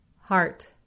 Heart